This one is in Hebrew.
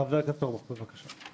חבר הכנסת אורבך, בבקשה.